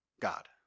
God